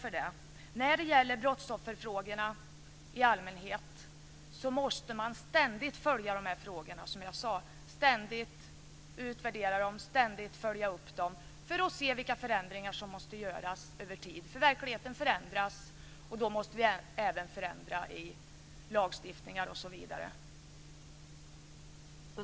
Som jag sade måste man ständigt följa brottsofferfrågorna i allmänhet, ständigt utvärdera dem, ständigt följa upp dem för att se vilka förändringar som måste göras över tid, för verkligheten förändras, och då måste vi även ändra i lagstiftningen.